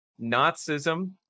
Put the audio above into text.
nazism